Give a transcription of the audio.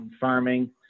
farming